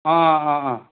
अँ अँ अँ अँ